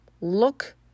look